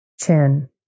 Chin